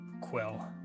quill